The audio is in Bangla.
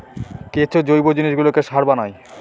কেঁচো জৈব জিনিসগুলোকে সার বানায়